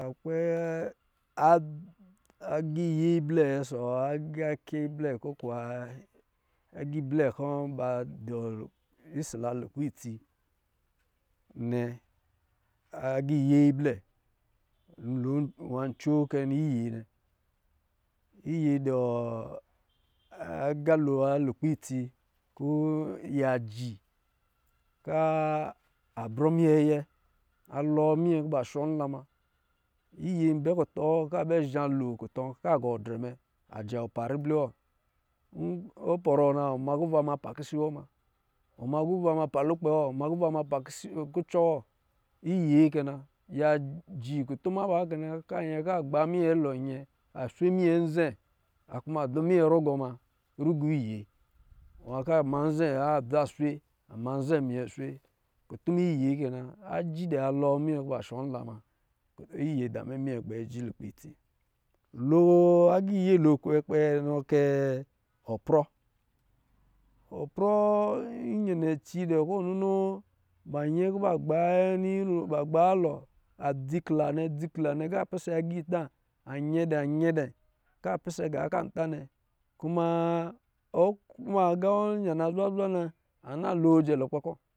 aga ible kɔ̄ ba dɔ̄ ɔsɔ̄ la lukpɛ itsi nnɛ, agā iyee ablɛ ho, nwa coo kɛ iyee nnɛ iyee dɔɔ agalo wa lukpɛ itsi ko yaji kaa abrɔ minyɛ ayɛ a loo minyɛ kɔ̄ ba shɔ nla muna iyee an bɛ kutɔ wɔ ka bɛ zha lo kutɔ, ka gɔ drɛmɛ ajɔɔ pa ribli wɔ nkɔ̄ ɔ pɔr na wɔ ma kuwa ma pa kisi wɔ, ma kuwa ma pa kisi, kucɔ wɔ iyee kɛ na, yaji kutuma ba kɛna ka dvɛ ka gba minyɛ kulɔ nyɛ, swe minyɛ nze adɔ minyɛ rugɔ ma rugɔ iyee nwa kɔ̄ a ma nzɔ̄ a dza swe, ama nzemyɛ swe kutma iyee ke na. Aji dɛ alo minyɛ ka shɔ nla muna, iyee a damɛ mɛnyi gbɛ ji lulepɛ itsi lo agiyee lo kpɛ kɛ, nɔ kɛɛ oprɔ, oprɔ nyɛ ci eɛ kɔ̄ ninoo ba yɛ kɔ̄ ba gb a nino, ba gba alo, adzi kila nnɛ, adi kila nnɛ a pisɛ agita anyɛ dɛ nyɛ dɛ, ka pisɛ gā kɔ̄ an ta nnɛ. Kuma oma agā wɔ yana zwazwa na. An na lo jɛ lukpɛ kɔ̄